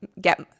get